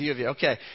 Okay